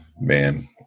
man